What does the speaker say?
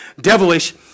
Devilish